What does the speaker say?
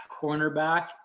cornerback